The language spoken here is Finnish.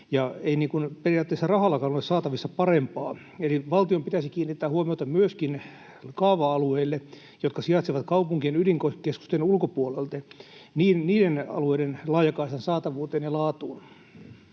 ei periaatteessa rahallakaan ole saatavissa parempaa. Eli valtion pitäisi kiinnittää huomiota myöskin niiden kaava-alueiden, jotka sijaitsevat kaupunkien ydinkeskustojen ulkopuolella, laajakaistan saatavuuteen ja laatuun.